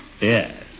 Yes